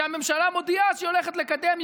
שהממשלה מודיעה שהיא הולכת לקדם,